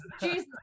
Jesus